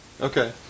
Okay